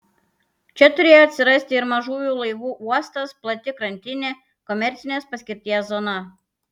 čia turėjo atsirasti ir mažųjų laivų uostas plati krantinė komercinės paskirties zona